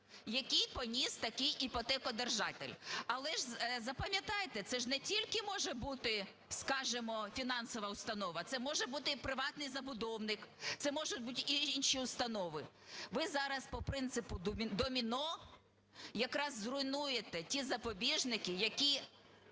які поніс такий іпотекодержатель. Але ж, запам'ятайте, це ж не тільки може бути, скажемо, фінансова установа, це може бути і приватний забудовник, це можуть бути і інші установи. Ви зараз по принципу доміно якраз зруйнуєте ті запобіжники, які